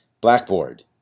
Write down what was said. Blackboard